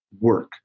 work